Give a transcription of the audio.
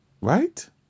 Right